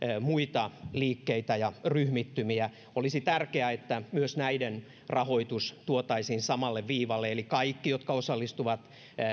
muita erilaisia liikkeitä ja ryhmittymiä olisi tärkeää että myös näiden rahoitus tuotaisiin samalle viivalle eli kaikkien niiden rahoitus jotka osallistuvat